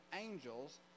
angels